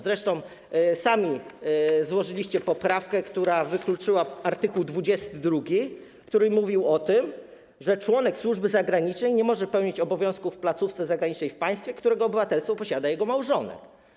Zresztą sami złożyliście poprawkę, która wykluczyła art. 22, który mówił o tym, że członek służby zagranicznej nie może pełnić obowiązku w placówce zagranicznej w państwie, którego obywatelstwo posiada jego małżonek.